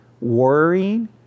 worrying